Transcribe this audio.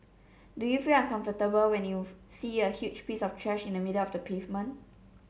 do you feel uncomfortable when you see a huge piece of trash in the middle of the pavement